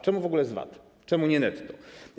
Czemu w ogóle z VAT, czemu nie netto?